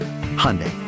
Hyundai